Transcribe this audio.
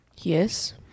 Yes